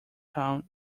town